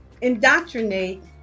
indoctrinate